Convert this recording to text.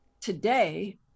Today